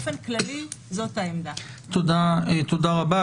תודה רבה.